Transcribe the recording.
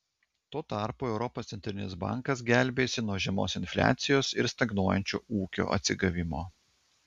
tu tarpu europos centrinis bankas gelbėjasi nuo žemos infliacijos ir stagnuojančio ūkio atsigavimo